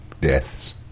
deaths